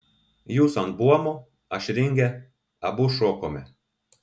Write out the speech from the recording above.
jūs ant buomo aš ringe abu šokome